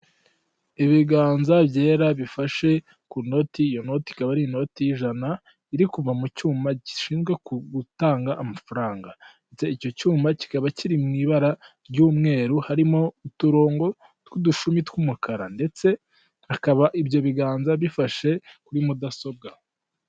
Ibiganza byera bifashe ku noti, iyo noti ikaba ari inota y'ijana iri kuva mu cyuma gishinzwe gutanga amafaranga, ndetse icyo cyuma kikaba kiri mu ibara ry'umweru harimo uturongo tw'udushumi tw'umukara ndetse akaba ibyo biganza bifashe kuri mudasobwa.